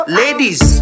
ladies